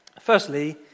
firstly